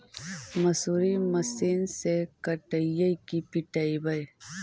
मसुरी मशिन से कटइयै कि पिटबै?